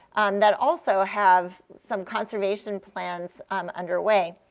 that also have some conservation plans um underway.